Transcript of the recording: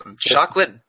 Chocolate